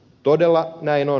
todella näin on